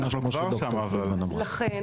לכן,